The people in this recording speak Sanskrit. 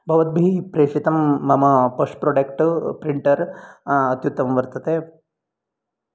भवद्भिः प्रेषितं मम पश्ट् प्राडेक्ट् प्रिण्टर् अत्युत्तमं वर्तते